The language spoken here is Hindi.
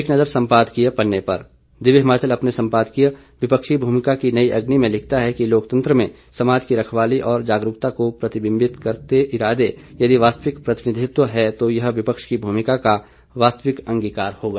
एक नज़र सम्पादकीय पन्ने पर दिव्य हिमाचल अपने संपादकीय विपक्षी भूमिका की नई अग्नि में लिखता है कि लोकतंत्र में समाज की रखवाली और जागरूकता को प्रतिबिम्बित करते इरादे यदि वास्तविक प्रतिनिधित्व है तो यह विपक्ष की भूमिका का वास्तविक अंगीकार होगा